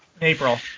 April